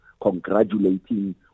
congratulating